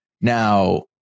Now